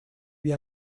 wie